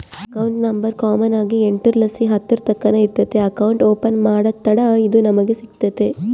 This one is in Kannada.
ಅಕೌಂಟ್ ನಂಬರ್ ಕಾಮನ್ ಆಗಿ ಎಂಟುರ್ಲಾಸಿ ಹತ್ತುರ್ತಕನ ಇರ್ತತೆ ಅಕೌಂಟ್ ಓಪನ್ ಮಾಡತ್ತಡ ಇದು ನಮಿಗೆ ಸಿಗ್ತತೆ